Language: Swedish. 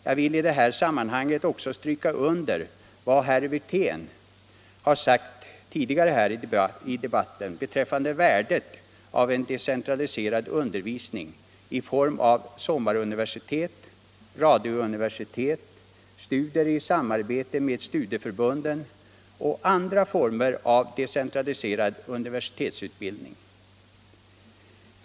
Jag vill i det här sammanhanget också stryka under vad herr Wirtén har sagt tidigare i debatten beträffande värdet av en decentraliserad undervisning i form av sommaruniversitet, radiouniversitet, studier i samarbete med studieförbunden och andra former av decentraliserad universitetsundervisning.